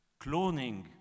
cloning